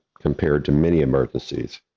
compared to many emergencies,